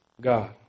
God